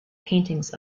paintings